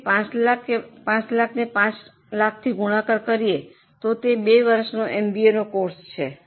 તેથી 5 લાખ 5 લાખથી ગુણાકાર કરીયે છે તો તે 2 વર્ષનો એમબીએ કોર્સ છે